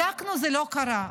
בדקנו, זה לא קורה.